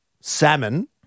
Salmon